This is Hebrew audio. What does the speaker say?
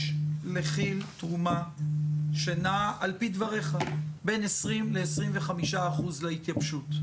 יש לכי"ל תרומה שנעה על פי דבריך בין 20% ל-25% להתייבשות.